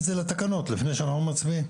את זה לתקנות לפני שאנחנו מצביעים,